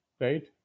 right